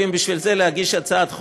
בשביל זה לא חייבים להגיש הצעת חוק,